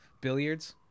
Billiards